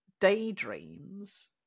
daydreams